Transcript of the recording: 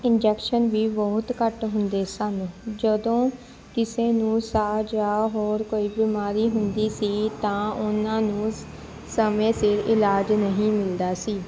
injection ਵੀ ਬਹੁਤ ਘੱਟ ਹੁੰਦੇ ਸਨ ਜਦੋਂ ਕਿਸੇ ਨੂੰ ਸਾਹ ਜਾਂ ਹੋਰ ਕੋਈ ਬਿਮਾਰੀ ਹੁੰਦੀ ਸੀ ਤਾਂ ਉਹਨਾਂ ਨੂੰ ਸਮੇਂ ਸਿਰ ਇਲਾਜ ਨਹੀਂ ਮਿਲਦਾ ਸੀ